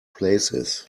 places